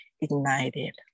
ignited